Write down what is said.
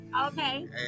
Okay